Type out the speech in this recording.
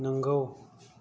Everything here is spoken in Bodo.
नंगौ